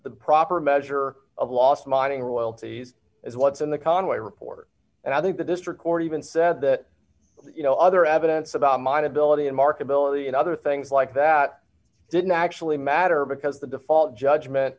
the proper measure of loss mining royalties as what's in the conway report and i think that this record even said that you know other evidence about my ability d d and mark ability and other things like that didn't actually matter because the default judgment